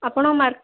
ଆପଣ